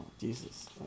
Jesus